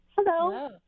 Hello